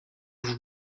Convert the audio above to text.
vous